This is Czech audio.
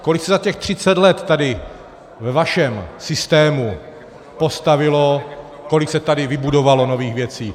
Kolik se za těch třicet let tady ve vašem systému postavilo, kolik se tady vybudovalo nových věcí?